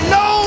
no